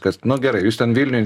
kas nu gerai jūs ten vilniuj